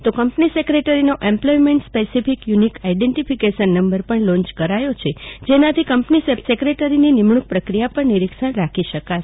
તો કંપની ક્રેક્રેક્રરી નો employment specific unique identification number પણ લોન્ય કાર્ય છે જેના થી કંપની સેક્રેટરી ની નિમણુક પ્રક્રિયા પર નિરીક્ષણ રાખી શકાશે